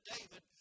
David